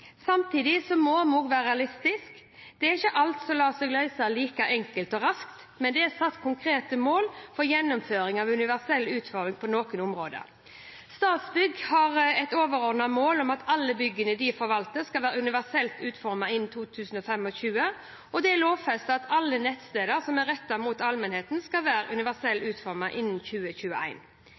må vi være realistiske. Det er ikke alt som lar seg løse like enkelt og raskt, men det er satt konkrete mål for gjennomføring av universell utforming på noen områder. Statsbygg har et overordnet mål om at alle byggene de forvalter, skal være universelt utformet innen 2025, og det er lovfestet at alle nettsteder som er rettet mot allmennheten, skal være universelt utformet innen